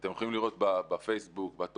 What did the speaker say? ואתם יכולים לראות בפייסבוק, בטוקבקים,